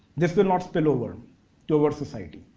this will not spillover to our society.